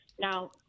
Now